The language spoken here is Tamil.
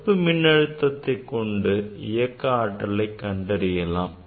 தடுப்பு மின்னழுத்தத்தை கொண்டு இயக்க ஆற்றலை கண்டறியலாம்